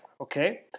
okay